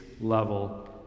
level